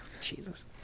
jesus